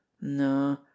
No